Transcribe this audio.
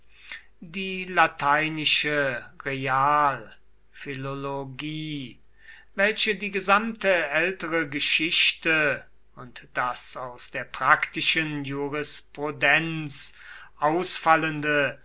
die lateinische realphilologie welche die gesamte ältere geschichte und das aus der praktischen jurisprudenz ausfallende